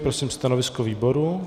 Prosím o stanovisko výboru.